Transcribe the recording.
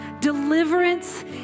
Deliverance